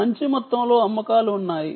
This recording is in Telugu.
మంచి మొత్తంలో అమ్మకాలకు ఆస్కారం ఉంటుంది